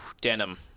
denim